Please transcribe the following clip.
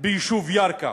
ביישוב בית-ג'ן.